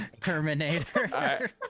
Terminator